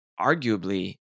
arguably